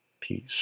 peace